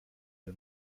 del